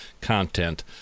content